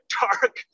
dark